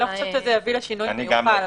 אני לא חושבת שזה יביא לשינוי מיוחד.